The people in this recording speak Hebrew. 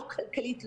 לא כלכלית,